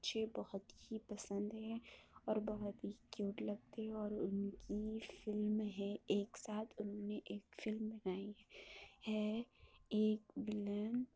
اچھے بہت ہی پسند ہیں اور بہت ہی کیوٹ لگتے اور ان کی فلم ہے ایک ساتھ انہوں نے ایک فلم بنائی ہے ایک ویلن